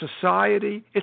society